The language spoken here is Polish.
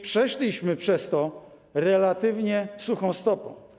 Przeszliśmy przez to relatywnie suchą stopą.